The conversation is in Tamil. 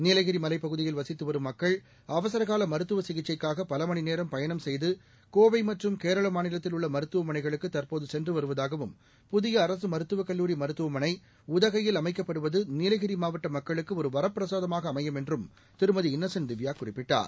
நீலகிரி மலைப்பகுதியில் வசித்து வரும் மக்கள் அவசரகால மருத்துவ சிகிச்சைக்காக பலமணி நேரம் பயணம் செய்து கோவை மற்றும் கேரள மாநிலத்தில் உள்ள மருத்துவமனைகளுக்கு தற்போது சென்று வருவதாகவும் புதிய அரசு மருத்துவக் கல்லூரி மருத்துவமனை உதகையில் அமைக்கப்படுவது நீலகிரி மாவட்ட மக்களுக்கு ஒரு வரப்பிரசாதமாக அமையும் என்று திருமதி இன்னசென்ட் திவ்யா குறிப்பிட்டார்